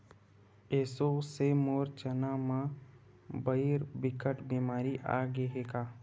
एसो से मोर चना म भइर बिकट बेमारी आगे हे गा